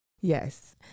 Yes